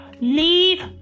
Leave